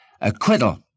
acquittal